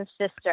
sister